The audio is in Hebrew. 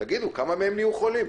כמה מהם נהיו חולים?